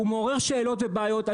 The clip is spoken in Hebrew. הוא מעורר שאלות ובעיות,.